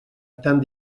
tan